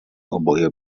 oboje